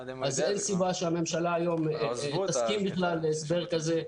אין סיבה שהממשלה תסכים להסבר כזה.